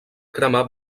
cremar